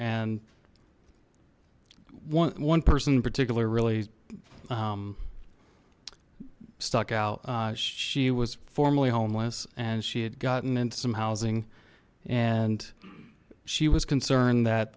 and one person in particular really stuck out she was formerly homeless and she had gotten into some housing and she was concerned that